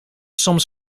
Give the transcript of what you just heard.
soms